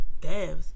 devs